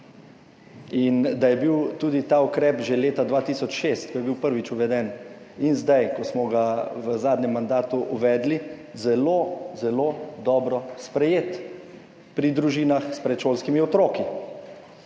In da je bil tudi ta ukrep že leta 2006, ko je bil prvič uveden, in zdaj, ko smo ga v zadnjem mandatu uvedli, zelo zelo dobro sprejet pri družinah s predšolskimi otroki.